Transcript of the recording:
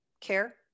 care